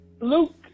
Luke